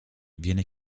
viene